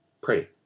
Pray